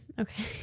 Okay